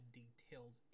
details